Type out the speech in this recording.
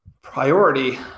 priority